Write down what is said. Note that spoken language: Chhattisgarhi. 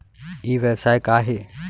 ई व्यवसाय का हे?